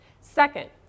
Second